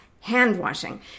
hand-washing